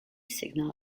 signal